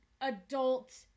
adult